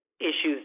issues